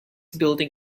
building